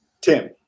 Tim